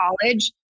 college